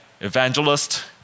evangelist